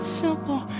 simple